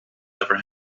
never